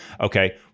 Okay